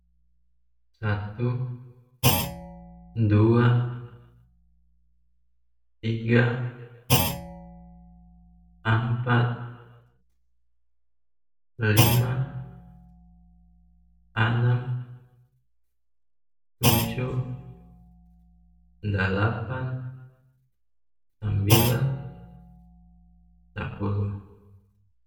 Satu dua tiga ampat lima anam tujuh dalapan sambilan sapuluh.